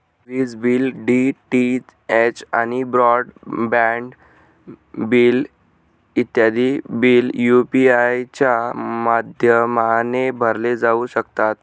विज bill, DTH आणि broadband bill इत्यादी बिल यू.पी.आय च्या माध्यमाने भरले जाऊ शकतात